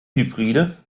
hybride